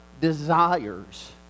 desires